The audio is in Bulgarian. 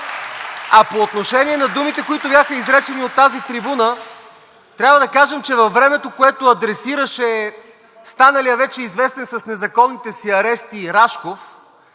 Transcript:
А по отношение на думите, които бяха изречени от тази трибуна, трябва да кажем, че във времето, което адресираше станалият вече известен с незаконните си арести Рашков,